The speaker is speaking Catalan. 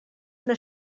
una